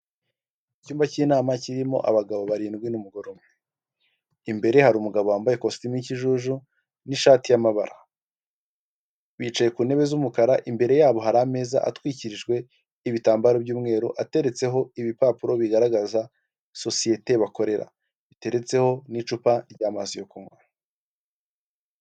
Umuhanda w'igitaka urimo imodoka ebyiri imwe y'umukara n'indi yenda gusa umweru, tukabonamo inzu ku ruhande yarwo yubakishije amabuye kandi ifite amababi y'umutuku ni'gipangu cy'umukara.